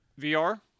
VR